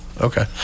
Okay